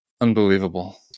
Unbelievable